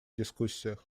дискуссиях